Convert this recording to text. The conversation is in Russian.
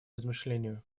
размышлению